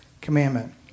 commandment